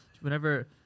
Whenever